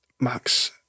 Max